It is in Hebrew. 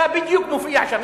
אתה בדיוק מופיע שם.